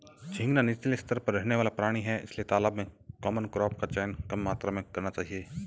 झींगा नीचले स्तर पर रहने वाला प्राणी है इसलिए तालाब में कॉमन क्रॉप का चयन कम मात्रा में करना चाहिए